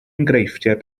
enghreifftiau